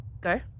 Go